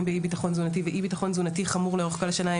באי בטחון תזונתי ואי ביטחון תזונתי חמור לאורך כל השנה,